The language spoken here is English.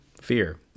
fear